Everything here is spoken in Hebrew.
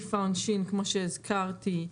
בסעיף העונשין כמו שהזכרתי,